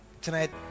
Tonight